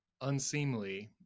unseemly